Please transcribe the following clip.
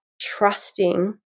trusting